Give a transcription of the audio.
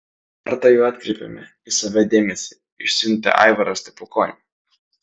kartą jau atkreipėme į save dėmesį išsiuntę aivarą stepukonį